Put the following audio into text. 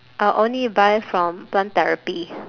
I only buy from plant therapy